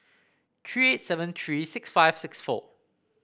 three seven three six five six four